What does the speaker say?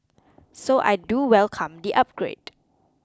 so I do welcome the upgrade